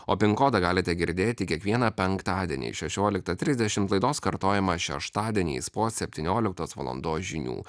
o pin kodą galite girdėti kiekvieną penktadienį šešioliktą trisdešimt laidos kartojimą šeštadieniais po septynioliktos valandos žinių